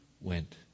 went